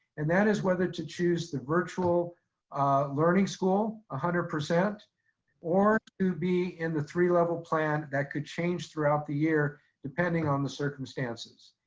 and that is whether to choose the virtual learning school one hundred percent or to be in the three level plan that could change throughout the year depending on the circumstances.